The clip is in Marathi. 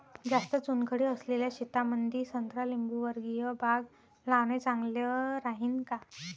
जास्त चुनखडी असलेल्या शेतामंदी संत्रा लिंबूवर्गीय बाग लावणे चांगलं राहिन का?